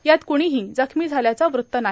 यात क्णीही जखमी झाल्याचं वृत्त नाही